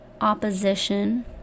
opposition